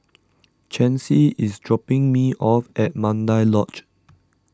Chancy is dropping me off at Mandai Lodge